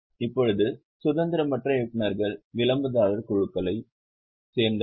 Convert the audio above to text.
இப்போது சுதந்திரமற்ற இயக்குநர்கள் விளம்பரதாரர் குழுக்களைச் சேர்ந்தவர்கள்